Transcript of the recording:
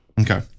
Okay